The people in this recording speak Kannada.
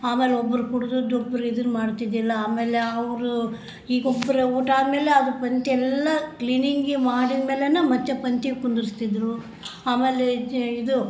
ಆಮೇಲೆ ಒಬ್ಬರು ಕುಡ್ದಿದ್ದ್ ಒಬ್ರು ಇದನ್ನು ಮಾಡ್ತಿದ್ದಿಲ್ಲ ಆಮೇಲೆ ಅವರು ಈಗ ಒಬ್ಬರ ಊಟ ಆದ ಮೇಲೇ ಅದು ಪಂಕ್ತಿಯೆಲ್ಲ ಕ್ಲೀನಿಂಗಿ ಮಾಡಿದ ಮೇಲೆ ಮತ್ತೆ ಪಂಕ್ತಿ ಕುಳ್ಳಿರ್ಸ್ತಿದ್ರು ಆಮೇಲೆ ಜ್ ಇದು